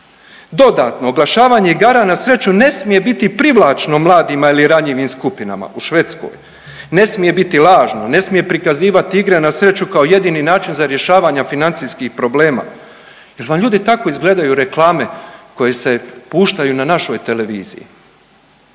Dodano, oglašavanje igara na sreću ne smije biti privlačno mladima ili ranjivim skupinama u Švedskoj, ne smije biti lažno, ne smije prikazivati igre na sreću kao jedini način za rješavanja financijskih problema jer vam ljudi tako izgledaju reklame koje se puštaju na našoj televiziji,